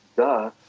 duh.